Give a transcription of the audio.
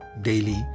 daily